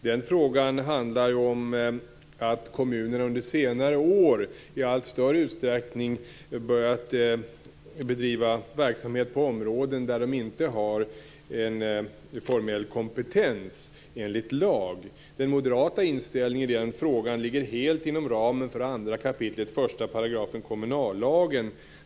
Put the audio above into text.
Den frågan handlar om att kommunerna under senare år i allt större utsträckning börjat bedriva verksamhet på områden där de inte har en formell kompetens enligt lag. Den moderata inställningen i den frågan ligger helt inom ramen för 2 kap. 1 § kommunallagen.